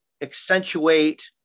accentuate